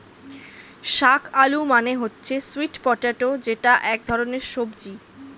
শাক আলু মানে হচ্ছে স্যুইট পটেটো যেটা এক ধরনের সবজি